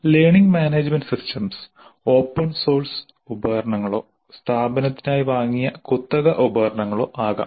learning management systems open source ഉപകരണങ്ങളോ സ്ഥാപനത്തിനായി വാങ്ങിയ കുത്തക ഉപകരണങ്ങളോ ആകാം